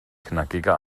knackige